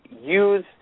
use